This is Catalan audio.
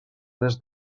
tres